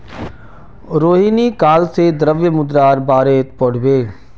रोहिणी काल से द्रव्य मुद्रार बारेत पढ़बे